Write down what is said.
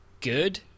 good